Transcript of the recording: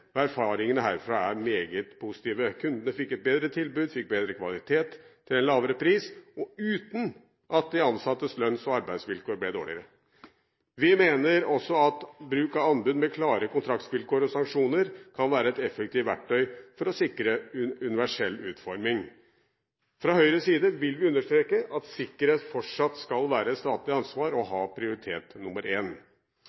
erfaringene herfra er meget positive. Kundene fikk et bedre tilbud og bedre kvalitet til en lavere pris – uten at de ansattes lønns- og arbeidsvilkår ble dårligere. Vi mener også at bruk av anbud med klare kontraktsvilkår og sanksjoner kan være et effektivt verktøy for å sikre universell utforming. Fra Høyres side vil vi understreke at sikkerhet fortsatt skal være et statlig ansvar og ha